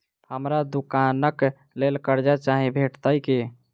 हमरा दुकानक लेल कर्जा चाहि भेटइत की?